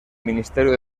ministerio